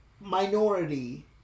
minority